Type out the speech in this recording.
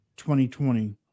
2020